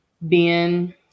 Ben